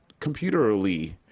computerly